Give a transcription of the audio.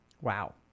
Wow